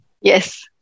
yes